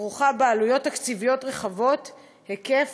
כרוכה בעלויות תקציביות רחבות היקף,